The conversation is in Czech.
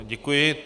Děkuji.